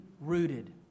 rooted